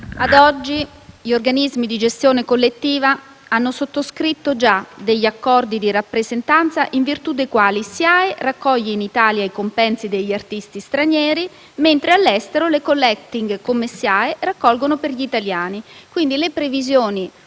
A oggi gli organismi di gestione collettiva hanno sottoscritto già degli accordi di rappresentanza in virtù dei quali SIAE raccoglie in Italia i compensi degli artisti stranieri, mentre all'estero le *collecting* come la SIAE raccolgono per gli italiani. Quindi, le previsioni